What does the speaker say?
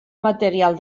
material